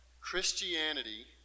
Christianity